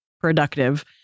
productive